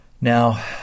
Now